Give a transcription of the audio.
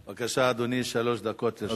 בבקשה, אדוני, שלוש דקות יש לך.